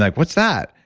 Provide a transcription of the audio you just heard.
like what's that?